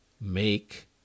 make